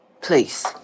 please